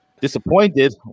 disappointed